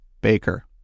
Baker